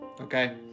okay